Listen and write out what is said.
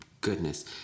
goodness